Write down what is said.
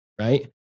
right